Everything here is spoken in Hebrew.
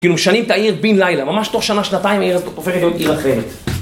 כאילו, משנים את העיר בן לילה, ממש תוך שנה, שנתיים העיר הזאת הופכת להיות עיר אחרת.